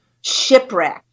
shipwreck